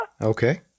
Okay